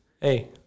Hey